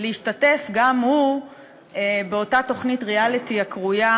להשתתף גם הוא באותה תוכנית ריאליטי הקרויה: